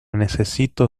necesito